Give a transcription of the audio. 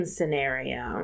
Scenario